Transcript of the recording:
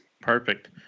Perfect